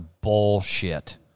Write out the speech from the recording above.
Bullshit